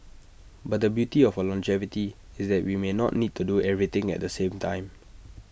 but the beauty of our longevity is that we may not need to do everything at the same time